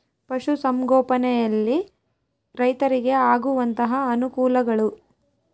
ಪಶುಸಂಗೋಪನೆಯಲ್ಲಿ ರೈತರಿಗೆ ಆಗುವಂತಹ ಅನುಕೂಲಗಳು?